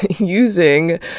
using